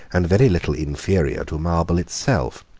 and very little inferior to marble itself.